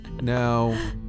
now